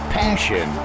passion